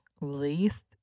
Least